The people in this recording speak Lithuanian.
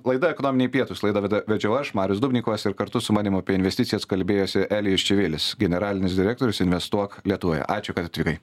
laida ekonominėje pietūs laidą veda vedžiau aš marius dubnikovas ir kartu su manim apie investicijas kalbėjosi elijus čivilis generalinis direktorius investuok lietuvoje ačiū kad atvykai